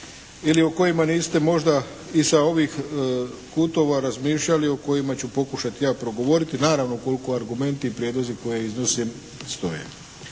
Ili o kojima niste možda i sa ovih kutova razmišljali, o kojima ću pokušati ja progovoriti naravno ukoliko argumenti i prijedlozi koje iznosim stoje.